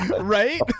Right